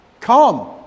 come